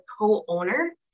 co-owner